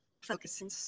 Focusing